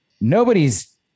Nobody's